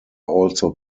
also